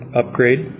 upgrade